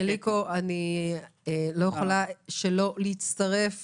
אליקו, אני לא יכולה שלא להצטרף